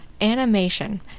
Animation